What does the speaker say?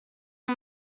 ont